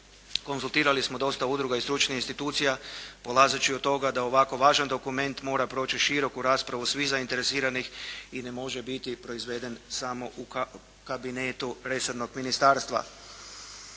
Konzultirali smo dosta udruga i stručnih institucija polazeći od toga da ovako važan dokument mora proći široku raspravu svih zainteresiranih i ne može biti proizveden samo u kabinetu resornog ministarstva.